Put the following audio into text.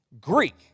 Greek